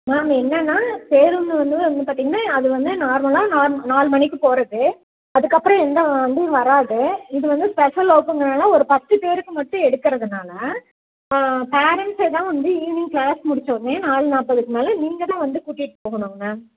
ma'am என்னன்னா பேருந்து வந்து வந்து பார்த்திங்கன்னா அது வந்து நார்மல்லாக நாலு நாலு மணிக்கு போகறது அதுக்கு அப்புறோம் எந்த வண்டியும் வராது இது வந்து ஸ்பெஷல் வகுப்புங்குறனால ஒரு பத்து பேருக்கு மட்டும் எடுக்கிறதுனால பேரன்ட்ஸ்ஸே தான் வந்து ஈவினிங் கிளாஸ் முடித்த உடனே நாலு நாற்பதுக்கு மேலே நீங்கள் தான் வந்து கூட்டிகிட்டு போகணும் மேம்